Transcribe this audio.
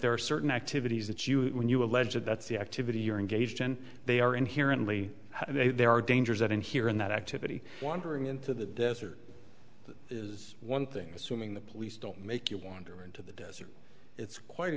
there are certain activities that you when you allege that that's the activity you're engaged in they are inherently there are dangers out in here in that activity wandering into the desert is one thing assuming the police don't make you wander into the desert it's quite